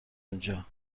اونجا